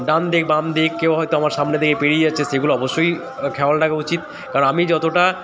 ডান দিক বাম দিক কেউ হয়তো আমার সামনে থেকে পেরিয়ে যাচ্ছে সেগুলো অবশ্যই খেওয়াল রাখা উচিৎ কারণ আমি যতটা